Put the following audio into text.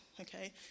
okay